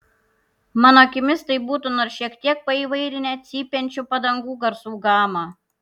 mano akimis tai būtų nors šiek tiek paįvairinę cypiančių padangų garsų gamą